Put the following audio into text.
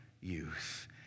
youth